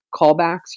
callbacks